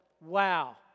Wow